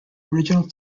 original